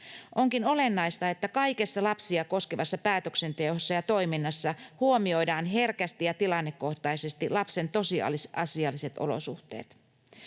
Onkin olennaista, että kaikessa lapsia koskevassa päätöksenteossa ja toiminnassa huomioidaan herkästi ja tilannekohtaisesti lapsen tosiasialliset olosuhteet.